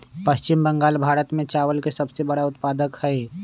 पश्चिम बंगाल भारत में चावल के सबसे बड़ा उत्पादक हई